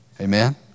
Amen